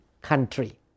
country